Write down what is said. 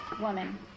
woman